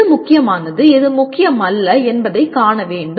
எது முக்கியமானது எது முக்கியமல்ல என்பதை காணவேண்டும்